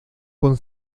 con